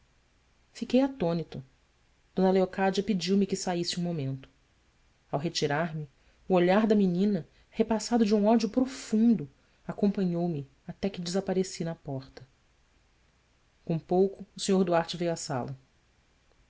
fiquei atônito d leocádia pediu-me que saísse um momento ao retirar-me o olhar da menina repassado de um ódio profundo acompanhou-me até que desapareci na porta com pouco o sr duarte veio à sala